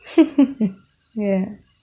ya